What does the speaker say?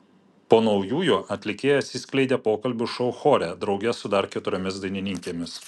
po naujųjų atlikėja atsiskleidė pokalbių šou chore drauge su dar keturiomis dainininkėmis